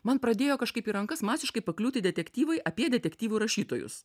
man pradėjo kažkaip į rankas masiškai pakliūti detektyvai apie detektyvų rašytojus